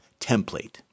template